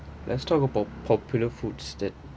let's talk about popular foods that